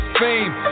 fame